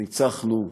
ניצחנו.